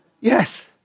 Yes